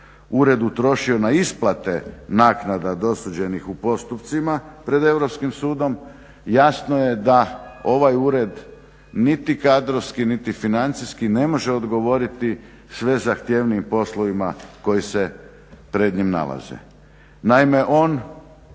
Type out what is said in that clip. ured utrošio na isplate naknada dosuđenih u postupcima pred Europskim sudom, jasno je da ovaj ured niti kadrovski niti financijski ne može odgovoriti sve zahtjevnijim poslovima koji se pred njim nalaze.